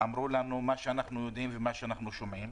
אמרו לנו מה שאנחנו יודעים ומה שאנחנו שומעים,